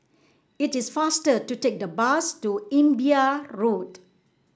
it is faster to take the bus to Imbiah Road